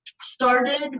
started